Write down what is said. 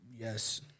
Yes